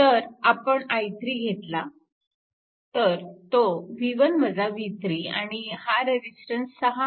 तर आपण i3 घेतला तर तो आणि हा आहे रेजिस्टन्स 6